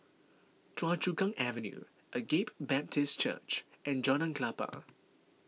Choa Chu Kang Avenue Agape Baptist Church and Jalan Klapa